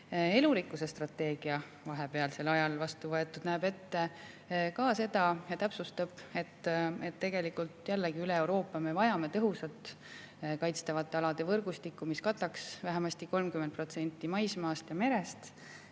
Elurikkuse strateegia, mis on vahepealsel ajal vastu võetud, näeb ette ja täpsustab seda, et tegelikult me jällegi üle Euroopa vajame tõhusat kaitstavate alade võrgustikku, mis kataks vähemasti 30% maismaast ja merest